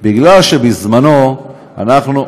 כי בזמנו, אנחנו,